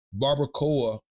barbacoa